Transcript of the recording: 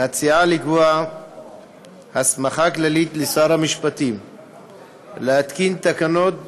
מציעה לקבוע הסמכה כללית לשר המשפטים להתקין תקנות בעניינים,